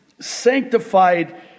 sanctified